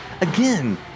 Again